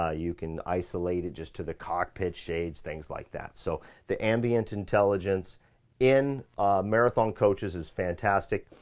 ah you can isolate it just to the cockpit shades, things like that. so, the ambient intelligence in, a marathon coaches is fantastic.